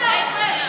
תצעקו בסדר עולה.